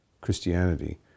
Christianity